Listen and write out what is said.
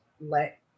let